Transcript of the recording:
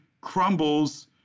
crumbles